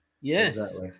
Yes